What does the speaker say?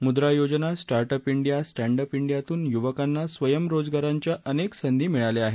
मुद्रा योजना startup India standup डियातून युवकांना स्वयंरोजगाराच्या अनेक संधी मिळाल्या आहेत